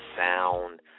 sound